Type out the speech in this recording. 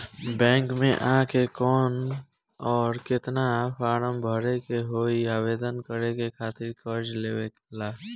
Bank मे आ के कौन और केतना फारम भरे के होयी आवेदन करे के खातिर कर्जा लेवे ला?